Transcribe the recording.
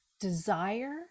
desire